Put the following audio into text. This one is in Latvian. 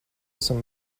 esam